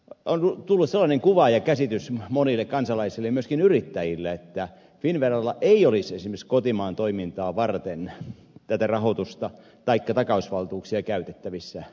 on tullut sellainen kuva ja käsitys monille kansalaisille ja myöskin yrittäjille että finnveralla ei olisi esimerkiksi kotimaan toimintaa varten tätä rahoitusta taikka takausvaltuuksia käytettävissä